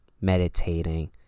meditating